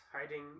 hiding